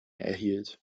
erhielt